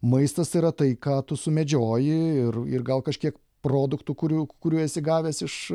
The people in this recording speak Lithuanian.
maistas tai yra tai ką tu sumedžioji ir ir gal kažkiek produktų kurių kurių esi gavęs iš